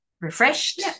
refreshed